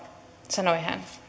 sanoi hän